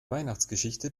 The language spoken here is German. weihnachtsgeschichte